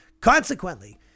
Consequently